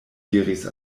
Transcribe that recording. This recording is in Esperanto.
diris